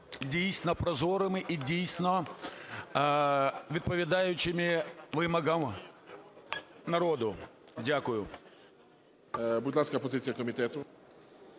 дійсно, прозорими і, дійсно, відповідаючими вимогам народу. Дякую. ГОЛОВУЮЧИЙ. Будь ласка, позиція комітету.